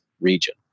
region